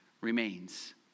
remains